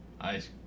ice